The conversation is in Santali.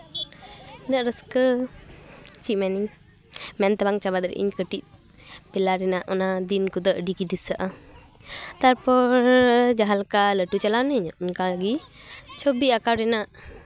ᱤᱧᱟᱹᱜ ᱨᱟᱹᱥᱠᱟᱹ ᱪᱮᱫ ᱢᱮᱱᱟᱹᱧ ᱢᱮᱱᱛᱮ ᱵᱟᱝ ᱪᱟᱵᱟ ᱫᱟᱲᱮᱭᱟᱜᱟᱹᱧ ᱠᱟᱹᱴᱤᱡ ᱵᱮᱞᱟ ᱨᱮᱱᱟᱜ ᱚᱱᱟ ᱫᱤᱱ ᱠᱚᱫᱚ ᱟᱹᱰᱤ ᱫᱤᱥᱟᱹᱜᱼᱟ ᱛᱟᱨᱯᱚᱨ ᱡᱟᱦᱟᱸ ᱞᱮᱠᱟ ᱞᱟᱹᱴᱩ ᱪᱟᱞᱟᱣ ᱱᱟᱹᱧ ᱚᱱᱠᱟᱜᱮ ᱪᱷᱚᱵᱤ ᱟᱸᱠᱟᱣ ᱨᱮᱱᱟᱜ